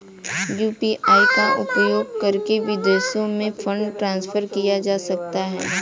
UPI का उपयोग करके विदेशों में फंड ट्रांसफर किया जा सकता है?